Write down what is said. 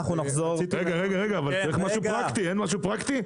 רגע, רגע, צריך משהו פרקטי, אין משהו פרקטי?